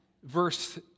verse